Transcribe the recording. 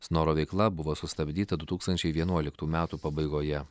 snoro veikla buvo sustabdyta du tūkstančiai vienuoliktų metų pabaigoje